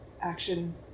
action